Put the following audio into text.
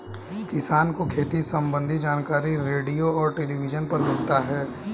किसान को खेती सम्बन्धी जानकारी रेडियो और टेलीविज़न पर मिलता है